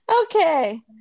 okay